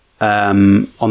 on